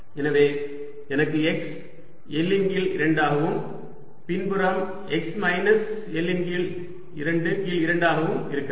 எனவே எனக்கு x L இன் கீழ் 2 ஆகவும் பின்புறம் x மைனஸ் L இன் கீழ் 2 கீழ் 2 ஆகவும் இருக்கிறது